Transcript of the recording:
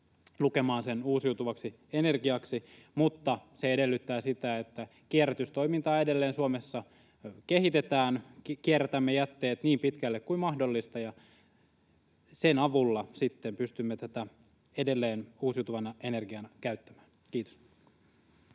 lukemaan sen uusiutuvaksi energiaksi. Se edellyttää sitä, että kierrätystoimintaa edelleen Suomessa kehitetään, kierrätämme jätteet niin pitkälle kuin mahdollista, ja sen avulla sitten pystymme tätä edelleen uusiutuvana energiana käyttämään. — Kiitos.